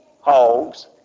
hogs